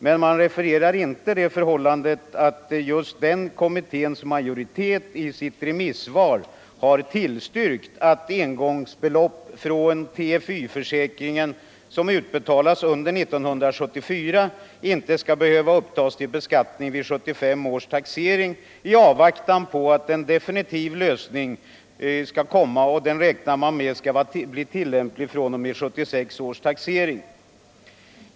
Men man refererar inte det förhållandet att majoriteten i den kommittén i sitt remissvar tillstyrkt att engångsbelopp från TFY-försäkringen som utbetalas under 1974 inte skall behöva upptas till beskattning vid 1975 års taxering i avvaktan på en definitiv lösning som man räknar med skall vara tillämplig fr.o.m. 1976 års taxering.